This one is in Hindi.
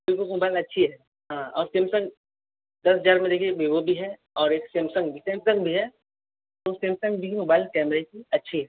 विवो की मोबाइल अच्छी है हाँ और सैमसंग दस हज़ार में देखिए विवो भी है और एक सैमसंग भी सैमसंग भी है तो सैमसंग भी मोबाइल कैमेरे की अच्छी है